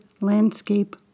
landscape